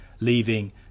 leaving